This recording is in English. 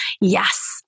Yes